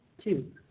two